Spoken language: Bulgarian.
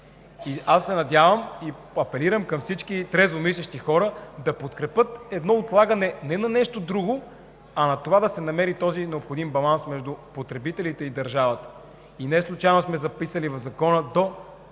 такъв. Надявам се и апелирам към всички трезвомислещи хора да подкрепят едно отлагане не за нещо друго, а да се намери този необходим баланс между потребителите и държавата. Неслучайно сме записали в Закона до 1